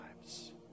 lives